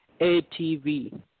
ATV